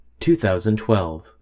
2012